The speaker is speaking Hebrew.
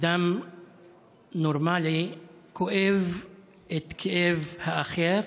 אדם נורמלי כואב את כאב האחר,